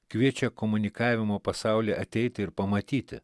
kviečia komunikavimo pasaulį ateiti ir pamatyti